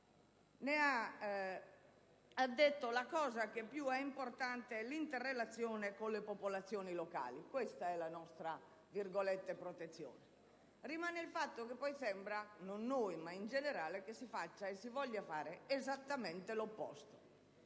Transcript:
ha detto che la cosa più importante è l'interrelazione con le popolazioni locali: questa è la nostra «protezione». Rimane il fatto che sembra, non a noi ma in generale, che si faccia e si voglia fare esattamente l'opposto.